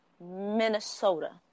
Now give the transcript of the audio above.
Minnesota